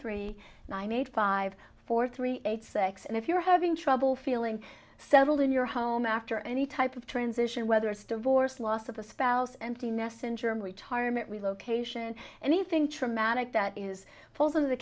three nine eight five four three eight six and if you're having trouble feeling settled in your home after any type of transition whether it's divorce loss of a spouse and the messenger and retirement relocation and anything traumatic that is falls in the